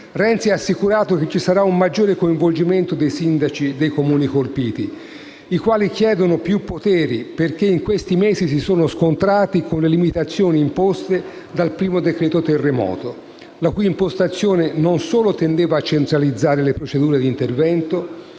Renzi ha assicurato che ci sarà un maggiore coinvolgimento dei sindaci dei Comuni colpiti, che chiedono più poteri perché in questi mesi si sono scontrati con le limitazioni imposte dal primo decreto terremoto, la cui impostazione non solo tendeva a centralizzare le procedure d'intervento,